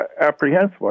apprehensive